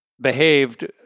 behaved